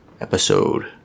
episode